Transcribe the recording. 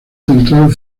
central